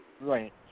Right